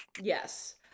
Yes